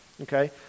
Okay